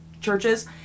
churches